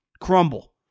crumble